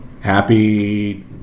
happy